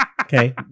Okay